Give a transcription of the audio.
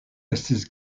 estis